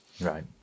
Right